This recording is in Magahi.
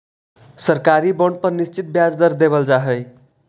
सरकारी बॉन्ड पर निश्चित ब्याज दर देवल जा हइ